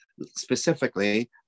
specifically